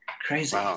Crazy